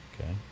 Okay